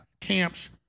camps